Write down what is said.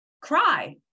cry